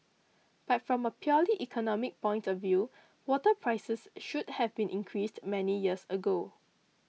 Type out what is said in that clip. but from a purely economic point of view water prices should have been increased many years ago